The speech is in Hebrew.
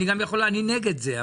אני נגד זה,